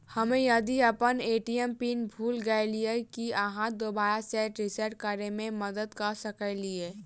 हम्मे यदि अप्पन ए.टी.एम पिन भूल गेलियै, की अहाँ दोबारा सेट रिसेट करैमे मदद करऽ सकलिये?